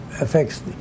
affects